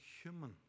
human